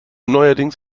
neuerdings